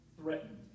threatened